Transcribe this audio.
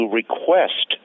request